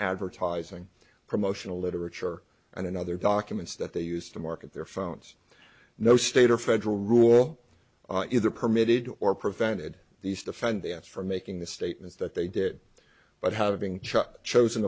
advertising promotional literature and other documents that they used to market their phones no state or federal rule on either permitted or prevented these defendants for making the statements that they did but having ch